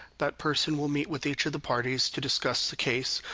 that person will meet with each of the parties to discuss the case,